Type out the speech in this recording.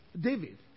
David